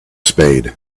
spade